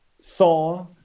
saw